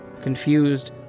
Confused